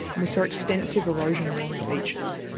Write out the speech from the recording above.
and we saw extensive erosion along our beaches,